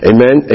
Amen